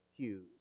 Hughes